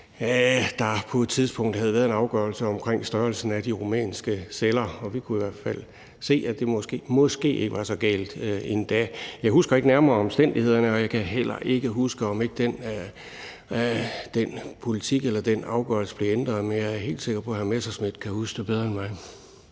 idet der på et tidspunkt havde været en afgørelse om størrelsen af de rumænske celler, og vi kunne i hvert fald se, at det måske ikke var så galt endda. Jeg husker ikke nærmere omstændighederne, og jeg kan heller ikke huske, om ikke den politik eller den afgørelse blev ændret, men jeg er helt sikker på, at hr. Morten Messerschmidt kan huske det bedre end mig.